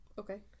okay